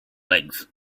legs